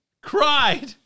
cried